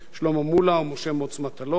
שלמה מולה ומשה מטלון,